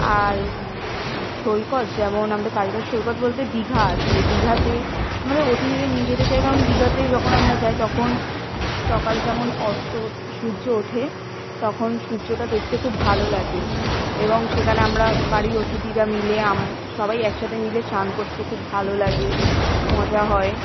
আর সৈকত যেমন আমাদের প্রাইভেট সৈকত বলতে দীঘা আছে দীঘাতে আমাদের অতিথিদের নিয়ে যেতে চাই কারণ দীঘাতে যখন আমরা যাই তখন সকালে যেমন অস্ত সূর্য ওঠে তখন সূর্যটা দেখতে খুব ভালো লাগে এবং সেখানে আমরা বাড়ির অতিথিরা মিলে আম সবাই একসাথে মিলে স্নান করতে খুব ভালো লাগে মজা হয়